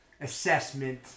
assessment